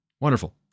Wonderful